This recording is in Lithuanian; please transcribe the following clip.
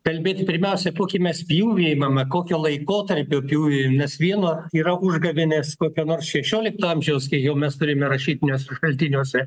kalbėt pirmiausia kokį mes pjūvį imame kokio laikotarpio pjūvį nes viena yra užgavėnės kokio nors šešiolikto amžiaus kai jau mes turime rašytiniuose šaltiniuose